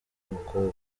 umukobwa